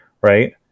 right